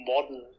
modern